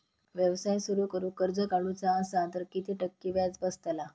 व्यवसाय सुरु करूक कर्ज काढूचा असा तर किती टक्के व्याज बसतला?